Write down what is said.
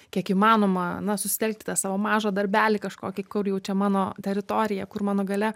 kiek įmanoma na susitelkt į tą savo mažą darbelį kažkokį kur jau čia mano teritorija kur mano galia